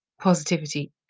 positivity